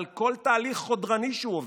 על כל תהליך חודרני שהוא עובר: